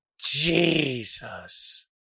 Jesus